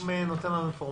אתה רק נותן לנו אינפורמציה.